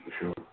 sure